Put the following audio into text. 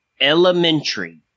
elementary